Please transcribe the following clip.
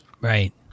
right